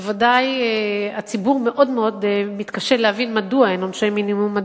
בוודאי הציבור מאוד מאוד מתקשה להבין מדוע אין עונשי מינימום,